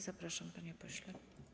Zapraszam, panie pośle.